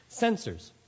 sensors